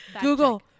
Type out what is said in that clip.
Google